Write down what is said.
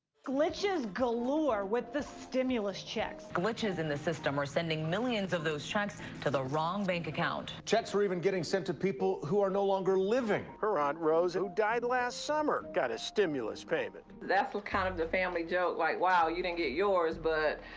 glitches galore with the stimulus checks glitches in the system were sending millions of those checks to the wrong bank account. checks were even getting sent to people who are no longer living. her aunt rose, who died last summer, got a stimulus payment. that's kind of the family joke, like, wow, you didn't get yours but,